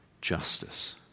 justice